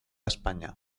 españa